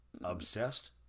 Obsessed